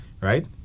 Right